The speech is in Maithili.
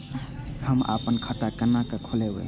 हम आपन खाता केना खोलेबे?